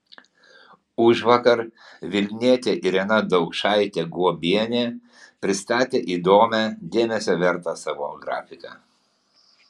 užvakar vilnietė irena daukšaitė guobienė pristatė įdomią dėmesio vertą savo grafiką